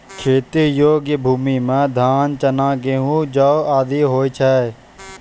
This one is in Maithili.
खेती योग्य भूमि म धान, चना, गेंहू, जौ आदि होय छै